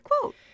quote